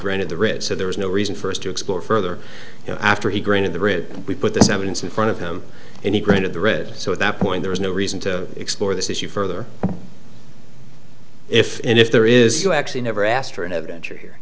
granted the writ so there was no reason for us to explore further after he granted the writ we put this evidence in front of him and he granted the read so at that point there is no reason to explore this issue further if in if there is you actually never asked for an adventure